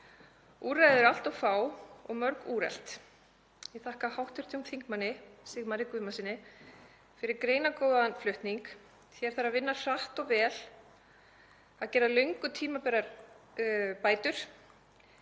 Úrræði eru allt of fá og mörg úrelt. Ég þakka hv. þm. Sigmari Guðmundssyni fyrir greinargóðan flutning. Hér þarf að vinna hratt og vel og gera löngu tímabærar bætur.